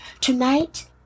tonight